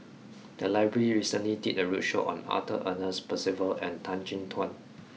the library recently did a roadshow on Arthur Ernest Percival and Tan Chin Tuan